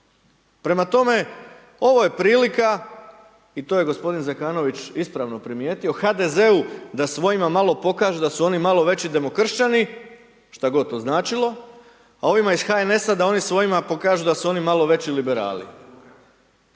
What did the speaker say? Prema tome, ovo je prilika i to je gospodin Zekanović ispravno primijetio HDZ-u da svojima malo pokažu da su oni malo veći demokršćani, šta god to značilo, a ovima iz HNS-a da oni svojim pokažu da su oni malo veći liberali